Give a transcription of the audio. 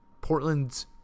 Portland's